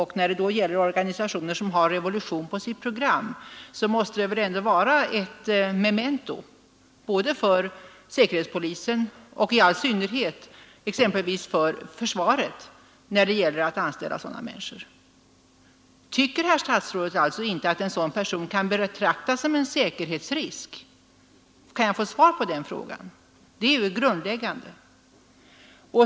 Och när det då gäller organisationer som har revolution på sitt program måste det väl ändå vara ett memento för säkerhetspolisen och ett observandum för försvaret när det gäller att anställa sådana människor. Tycker inte herr statsrådet att en sådan person kan betraktas som en säkerhetsrisk? Kan jag få svar på den frågan? Det är nämligen det grundläggande.